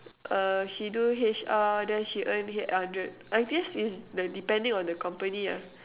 uh she do H_R then she earn eight hundred I guess it's the depending on the company lah